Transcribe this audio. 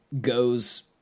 goes